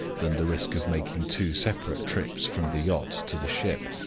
than the risk of making two separate trips from the yacht to the ship.